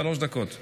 שלוש דקות לרשותך,